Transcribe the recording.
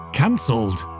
cancelled